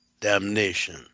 damnation